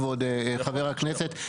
כבוד חבר הכנסת.